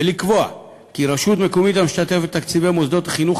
ולקבוע כי רשות מקומית המשתתפת בתקציבי מוסדות חינוך